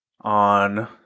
on